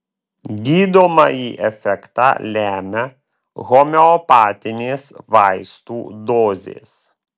gydomąjį efektą lemia homeopatinės vaistų dozės